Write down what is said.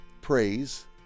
praise